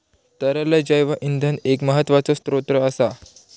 तरल जैव इंधन एक महत्त्वाचो स्त्रोत असा